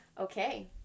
Okay